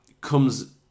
comes